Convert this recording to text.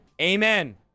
Amen